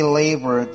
labor